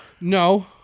No